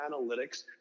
analytics